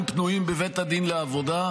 כרגע אין תקנים פנויים בבית הדין לעבודה.